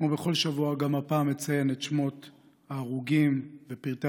כמו בכל שבוע גם הפעם אציין את שמות ההרוגים ופרטי